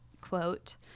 quote